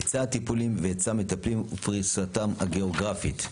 היצע הטיפולים והמטפלים ופריסתם הגיאוגרפית.